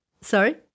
Sorry